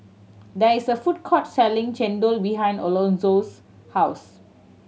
there is a food court selling chendol behind Alonzo's house